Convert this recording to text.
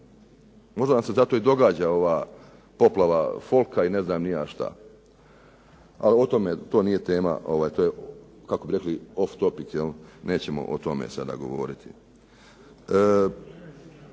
Možda vam se zato i događa ova poplava folka i ne znam ni ja šta. A o tome, to nije tema. To je kako bi rekli off topic, jel' nećemo sada o tome govoriti.